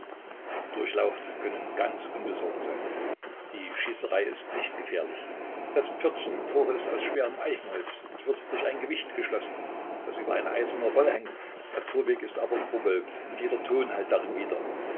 durchlaucht können ganz unbesorgt sein die schießerei ist nicht gefährlich das pförtchen im tore ist aus schwerem eichenholz und wird durch ein gewicht geschlossen das über eine eiserne rolle hängt der torweg ist aber überwölbt und jeder ton hallt darin wider